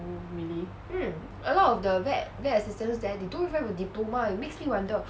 oh really